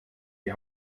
die